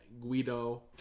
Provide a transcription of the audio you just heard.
Guido